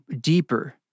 deeper